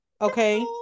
Okay